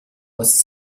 was